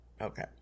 Okay